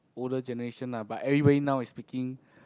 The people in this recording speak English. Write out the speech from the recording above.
older generation lah but everybody now is speaking